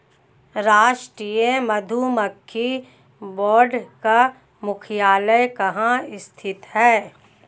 राष्ट्रीय मधुमक्खी बोर्ड का मुख्यालय कहाँ स्थित है?